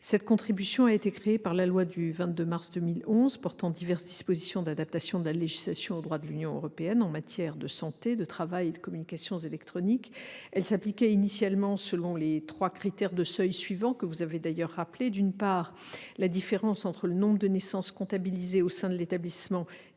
Cette contribution a été créée par la loi du 22 mars 2011 portant diverses dispositions d'adaptation de la législation au droit de l'Union européenne en matière de santé, de travail et de communications électroniques. Elle s'appliquait initialement selon les trois critères de seuil suivants : la différence entre le nombre de naissances comptabilisées au sein de l'établissement et la